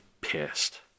pissed